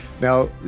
now